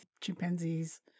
chimpanzees